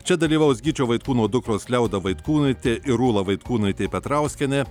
čia dalyvaus gyčio vaitkūno dukros liauda vaitkūnaitė ir ūla vaitkūnaitė petrauskienė